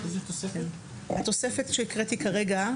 התוספת שהקראתי כרגע,